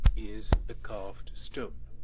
is a carved stone.